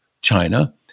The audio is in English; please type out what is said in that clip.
China